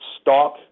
stock